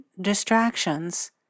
distractions